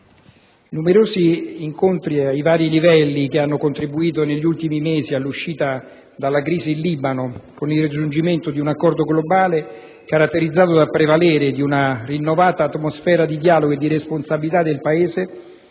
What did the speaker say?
numerosi incontri ai vari livelli che hanno contributo negli ultimi mesi all'uscita dalla crisi in Libano con il raggiungimento di un accordo globale caratterizzato dal prevalere di una rinnovata atmosfera di dialogo e di responsabilità del Paese